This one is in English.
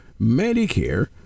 medicare